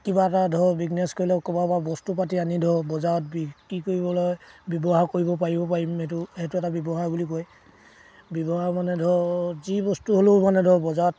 কিবা এটা ধৰক বিজনেছ কৰিলেও ক'ৰবাৰ পৰা বস্তু পাতি আনি ধৰক বজাৰত বিক্ৰী কৰিবলৈ ব্যৱহাৰ কৰিব পাৰিব পাৰিম সেইটো সেইটো এটা ব্যৱহাৰ বুলি কৈ ব্যৱহাৰ মানে ধৰক যি বস্তু হ'লেও মানে ধৰক বজাৰত